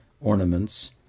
ornaments